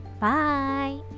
Bye